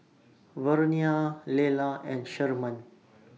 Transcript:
Vernia Lela and Sherman